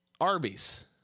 Arby's